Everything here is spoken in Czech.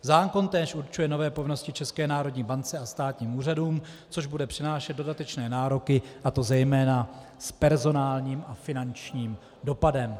Zákon též určuje nové povinnosti České národní bance a státním úřadům, což bude přinášet dodatečné nároky, a to zejména s personálním a finančním dopadem.